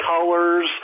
colors